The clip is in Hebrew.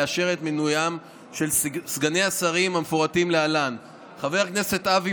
לאשר את מינוים של סגני השרים המפורטים להלן: חבר הכנסת אבי